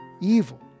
evil